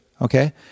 Okay